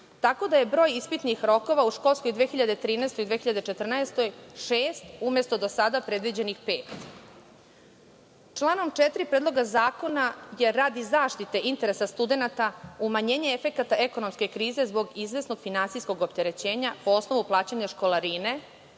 tako da je broj ispitnih rokova u školskoj 2013/2014 godini šest, umesto do sada predviđenih pet. Članom 4. Predloga zakona, jer radi zaštite interesa studenata umanjenje efekata ekonomske krize zbog izvesnog finansijskog opterećenja po osnovu plaćanja školarine